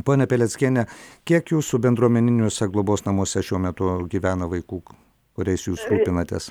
ponia peleckiene kiek jūsų bendruomeniniuose globos namuose šiuo metu gyvena vaikų kuriais jūs rūpinatės